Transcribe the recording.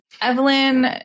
Evelyn